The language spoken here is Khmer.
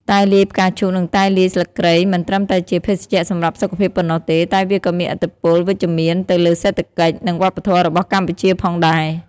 តែលាយផ្កាឈូកនិងតែលាយស្លឹកគ្រៃមិនត្រឹមតែជាភេសជ្ជៈសម្រាប់សុខភាពប៉ុណ្ណោះទេ តែវាក៏មានឥទ្ធិពលវិជ្ជមានទៅលើសេដ្ឋកិច្ច និងវប្បធម៌ របស់កម្ពុជាផងដែរ។